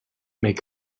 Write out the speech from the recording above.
make